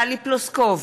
טלי פלוסקוב,